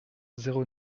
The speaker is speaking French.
zéro